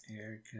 Erica